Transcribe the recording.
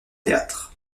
théâtre